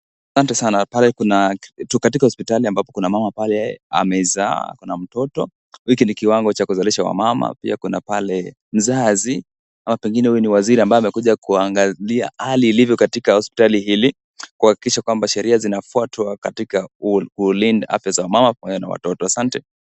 Asante sana pale kuna katika hospitali ambapo kuna mama pale amezaa akona mtoto hiki ni kiwango cha kuzalisha wamama pia kuna pale mzazi ama pengine huyo ni waziri ambaye amekuja kuangalia hali ilivyo katika hospitali hili kuhakikisha kwamba sheria zinafuatwa katika kulinda afya za wamama pamoja na watoto, asante.